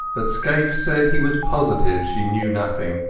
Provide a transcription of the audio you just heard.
but scaife said he was positive she knew nothing.